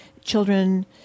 children